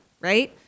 right